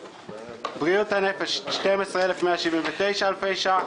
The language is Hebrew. בריאות הנפש 12,179 אלפי ש"ח,